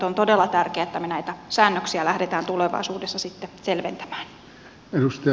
on tärkeää että me näitä säännöksiä lähdemme tulevaisuudessa sitten selventämään